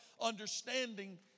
understanding